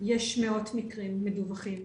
יש מאות מקרים מדווחים.